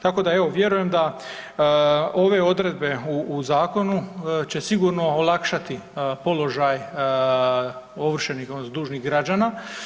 Tako da evo vjerujem da ove odredbe u zakonu će sigurno olakšati položaj ovršenih odnosno dužnih građana.